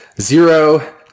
zero